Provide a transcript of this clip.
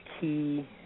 key